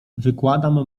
wykładam